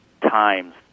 times